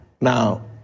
Now